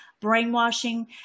brainwashing